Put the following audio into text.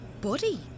body